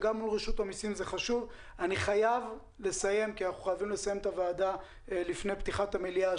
אני חייב לסיים, כי עוד דקה נפתחת המליאה.